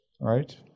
right